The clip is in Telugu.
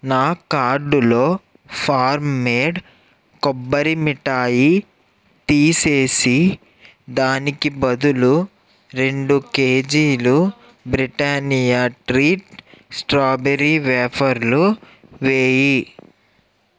నా కార్డులో ఫార్మ్ మేడ్ కొబ్బరి మిఠాయి తీసేసి దానికి బదులు రెండు కేజీలు బ్రిటానియా ట్రీట్ స్ట్రాబెరీ వేఫర్లు వేయి